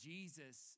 Jesus